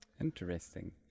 interesting